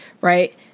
right